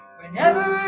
whenever